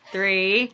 Three